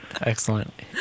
excellent